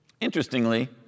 Interestingly